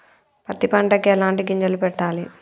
పత్తి పంటకి ఎలాంటి గింజలు పెట్టాలి?